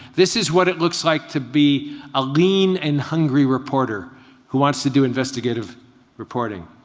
this is what it looks like to be a lean and hungry reporter who wants to do investigative reporting.